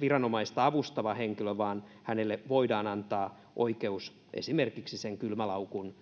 viranomaista avustava henkilö vaan hänelle voidaan antaa oikeus esimerkiksi sen kylmälaukun